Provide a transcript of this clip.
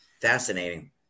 Fascinating